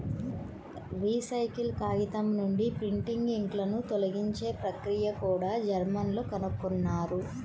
recycle కాగితం నుండి printing ఇంక్లను తొలగించే ప్రక్రియను కూడా జర్మన్లు కనుగొన్నారు